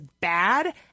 bad